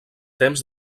temps